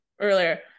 earlier